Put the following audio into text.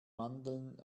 mandeln